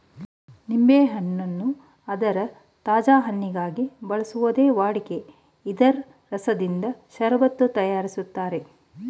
ನಿಂಬೆಯನ್ನು ಅದರ ತಾಜಾ ಹಣ್ಣಿಗಾಗಿ ಬೆಳೆಸೋದೇ ವಾಡಿಕೆ ಇದ್ರ ರಸದಿಂದ ಷರಬತ್ತು ತಯಾರಿಸ್ತಾರೆ